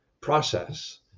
process